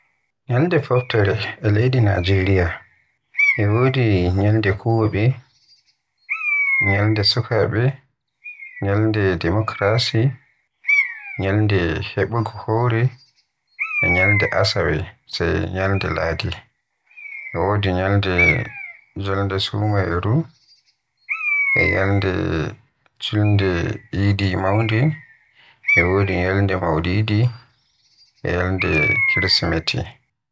Nyalnde foftere e leydi Najeriya e wodi nyalde kowobe, nyalde sukaabe, nyalde demokrasi, nyalde habugo hore, e nyalde asawe, sai nyalde ladi. E wodi nyalde jolde sumaayeru, e nyalde julnde eid mawnde, e wodi nyalde maulidi, e nyalde kirsimeti.